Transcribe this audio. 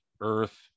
earth